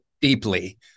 deeply